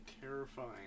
terrifying